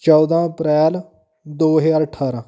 ਚੌਦਾਂ ਅਪ੍ਰੈਲ ਦੋ ਹਜ਼ਾਰ ਅਠਾਰਾਂ